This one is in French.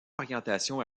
orientation